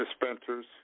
Dispensers